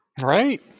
Right